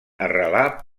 arrelar